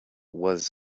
was